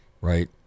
right